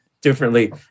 differently